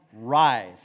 rise